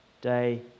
day